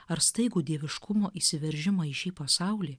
ar staigų dieviškumo įsiveržimą į šį pasaulį